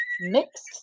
Mixed